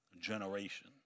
generation